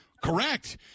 Correct